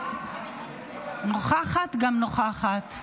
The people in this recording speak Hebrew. נוכחת גם נוכחת.